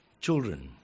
Children